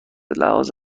لحاظ